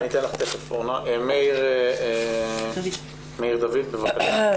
מאיר דוד, בבקשה.